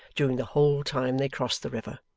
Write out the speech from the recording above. during the whole time they crossed the river.